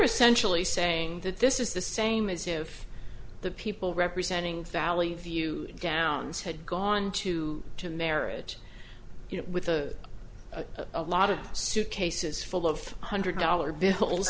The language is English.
essentially saying that this is the same as if the people representing valley view downs had gone to to marriage you know with a lot of suitcases full of hundred dollar bills